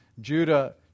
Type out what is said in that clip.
Judah